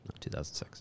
2006